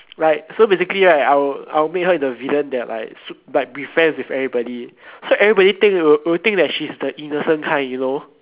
like so basically right I will I will make her into a villain that like s~ like be friends with everybody so everybody think will will think that's she's the innocent kind you know